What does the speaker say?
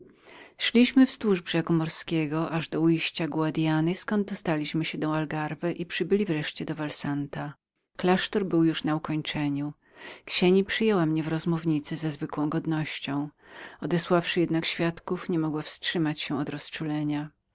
szliśmy wzdłuż brzegu morskiego aż do ujścia guadiany zkąd dostaliśmy się do algarbji i przybyli wreszcie do val santa klasztor był już na dokończeniu ksieni przyjęła mnie w klauzurze ze zwykłą godnością odesławszy jednak świadków niemogła wstrzymać się od rozczulenia